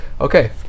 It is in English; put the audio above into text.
Okay